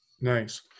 Nice